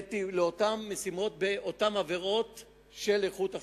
באותן משימות, באותן עבירות של איכות החיים.